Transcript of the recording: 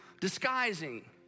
disguising